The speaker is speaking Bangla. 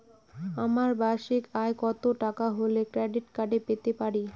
আমার বার্ষিক আয় কত টাকা হলে ক্রেডিট কার্ড পেতে পারি?